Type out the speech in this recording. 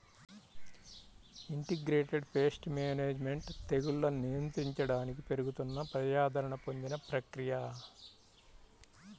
integrated pest management తెగుళ్లను నియంత్రించడానికి పెరుగుతున్న ప్రజాదరణ పొందిన ప్రక్రియ